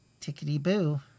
tickety-boo